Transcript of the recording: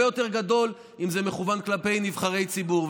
יותר נזק אם זה מכוון כלפי נבחרי ציבור,